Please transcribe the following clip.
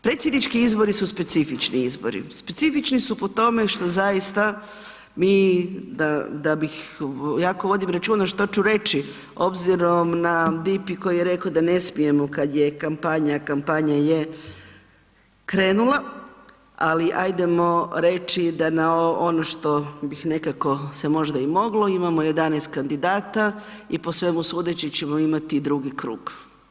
Predsjednički izbori su specifični izbori, specifični su po tome što zaista mi da bih, jako vodim računa što ću reći obzirom na DIP i koji je rekao da ne smijemo kad je kampanja, kampanja je krenula, ali ajdemo reći da na ono što bih nekako se možda i moglo, imamo 11 kandidata i po svemu sudeći ćemo imati i drugi krug.